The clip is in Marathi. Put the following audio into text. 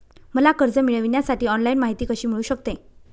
मला कर्ज मिळविण्यासाठी ऑनलाइन माहिती कशी मिळू शकते?